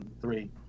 three